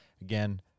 Again